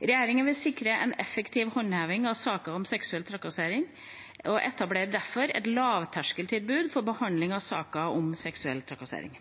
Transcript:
Regjeringa vil sikre en effektiv håndheving av saker om seksuell trakassering og etablerer derfor et lavterskeltilbud for behandling av saker om seksuell trakassering.